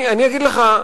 אני אגיד לך,